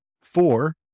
Four